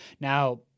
now